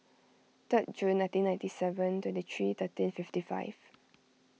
third June nineteen ninety seven twenty three thirteen fifty five